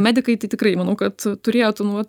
medikai tai tikrai manau kad turėtų nu vat